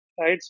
Right